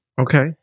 Okay